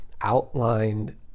outlined